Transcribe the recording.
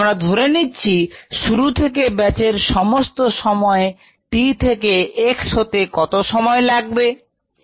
আমরা ধরে নিচ্ছি শুরু থেকে ব্যাচের সমস্ত সময় t থেকে x হতে কত সময় লাগবে